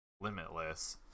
limitless